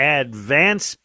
advance